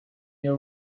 you